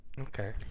Okay